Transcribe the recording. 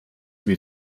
wir